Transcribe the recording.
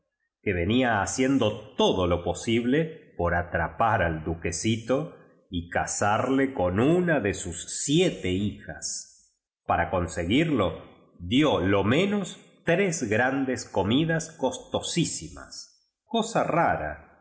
que venía haciendo todo lo posible por atrapar al duqueeito y casarle con una de sus siete bijas para conseguirlo dio lo menos tres gran des comidas costosísima cosa rara